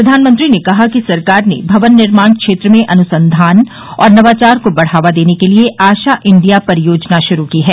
प्रधानमंत्री ने कहा कि सरकार ने भवन निर्माणक्षेत्र में अनुसंधान और नवाचार को बढ़ावा देने के लिए आशा इंडिया परियोजनाशुरू की है